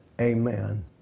Amen